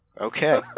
Okay